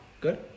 Good